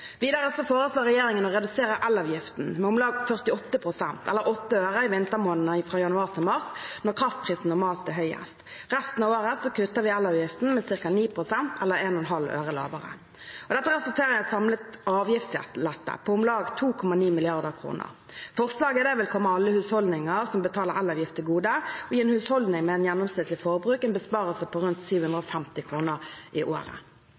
Videre foreslår regjeringen å redusere elavgiften med om lag 48 pst., eller 8 øre, i vintermånedene fra januar til mars, når kraftprisen normalt er høyest. Resten av året kutter vi elavgiften med ca. 9 pst., eller 1,5 øre lavere. Dette resulterer i en samlet avgiftslette på om lag 2,9 mrd. kr. Forslaget vil komme alle husholdninger som betaler elavgift, til gode, og gi en husholdning med et gjennomsnittlig forbruk en besparelse på rundt 750 kr i året.